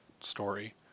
story